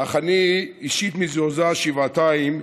אך אני אישית מזועזע שבעתיים,